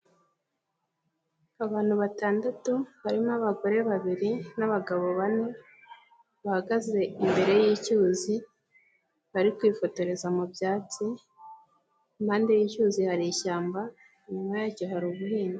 Abantu batandatu barimo abagore babiri n'abagabo bane bahagaze imbere y'icyuzi bari kwifotoreza mu byatsi, impande y'icyuzi hari ishyamba inyuma yacyo hari ubuhinzi.